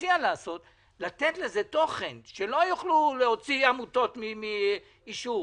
לתת לזה תוכן שלא יוכלו להוציא עמותות מאישור